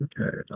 Okay